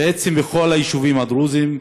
בעצם בכל היישובים הדרוזיים.